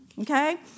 Okay